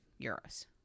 euros